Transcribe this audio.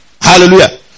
hallelujah